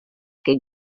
que